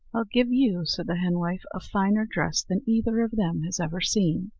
i'll give you, said the henwife, a finer dress than either of them has ever seen.